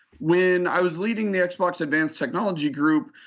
when i was leading the xbox advanced technology group,